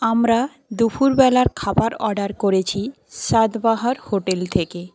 আমরা দুপুরবেলার খাবার অর্ডার করেছি সাতবাহার হোটেল থেকে